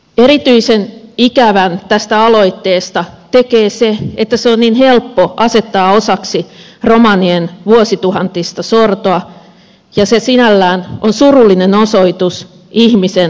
erityisen ikävän tästä aloitteesta tekee se että se on niin helppo asettaa osaksi romanien vuosituhantista sortoa joka sinällään on surullinen osoitus ihmisen muuttumattomuudesta